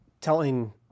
telling